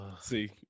see